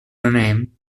renamed